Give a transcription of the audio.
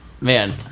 Man